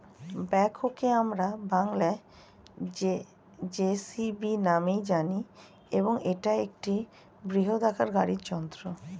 ব্যাকহোকে আমরা বংলায় জে.সি.বি নামেই জানি এবং এটা একটা বৃহদাকার গাড়ি যন্ত্র